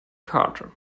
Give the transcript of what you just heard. carter